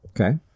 Okay